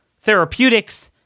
therapeutics